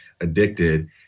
addicted